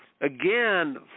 again